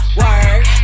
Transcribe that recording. work